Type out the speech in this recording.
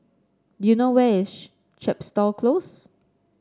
do you know where is Chepstow Close